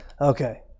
Okay